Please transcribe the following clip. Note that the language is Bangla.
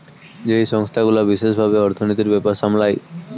যেই সংস্থা গুলা বিশেষ ভাবে অর্থনীতির ব্যাপার সামলায়